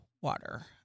water